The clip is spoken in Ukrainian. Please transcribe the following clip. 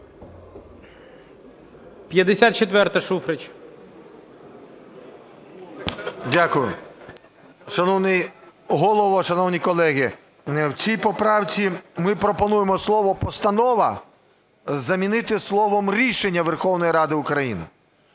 ШУФРИЧ Н.І. Дякую. Шановний Голово, шановні колеги, в цій поправці ми пропонуємо слово "постанова" замінити словом "рішення Верховної Ради України".